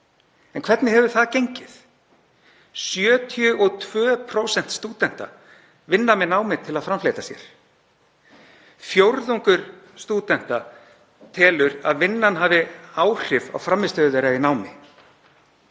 En hvernig hefur það gengið? 72% stúdenta vinna með námi til að framfleyta sér. Fjórðungur stúdenta telur að vinnan hafi áhrif á frammistöðu þeirra í námi.